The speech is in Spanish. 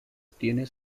tiene